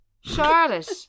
Charlotte